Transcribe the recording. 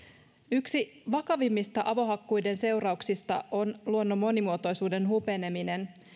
yksi vakavimmista avohakkuiden seurauksista on luonnon monimuotoisuuden hupeneminen